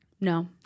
No